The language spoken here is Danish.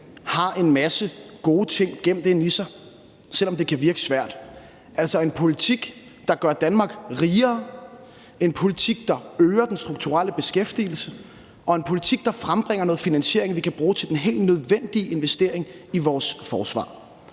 har en masse gode ting gemt inde i sig, selv om det kan virke svært. Altså, det er en politik, der gør Danmark rigere, en politik, der øger den strukturelle beskæftigelse, og en politik, der frembringer noget finansiering, vi kan bruge til den helt nødvendige investering i vores forsvar.